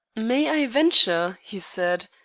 may i venture, he said,